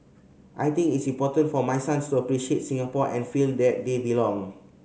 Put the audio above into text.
I think its important for my sons to appreciate Singapore and feel that they belong